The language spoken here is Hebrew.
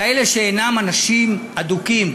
כאלה שאינם אנשים אדוקים,